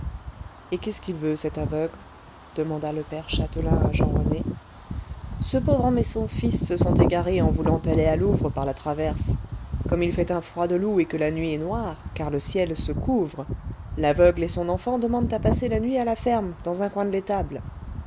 et qu'est-ce qu'il veut cet aveugle demanda le père châtelain à jean rené ce pauvre homme et son fils se sont égarés en voulant aller à louvres par la traverse comme il fait un froid de loup et que la nuit est noire car le ciel se couvre l'aveugle et son enfant demandent à passer la nuit à la ferme dans un coin de l'étable